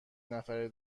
نفره